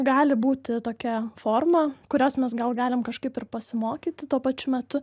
gali būti tokia forma kurios mes gal galim kažkaip ir pasimokyti tuo pačiu metu